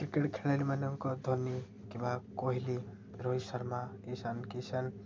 cricket ଖେଳାଳିମାନଙ୍କ ଧୋନି କିମ୍ବା କୋହଲି ରୋହିତ ଶର୍ମା ଇଶାନ କିଶାନ